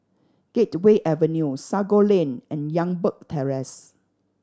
Gateway Avenue Sago Lane and Youngberg Terrace